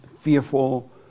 fearful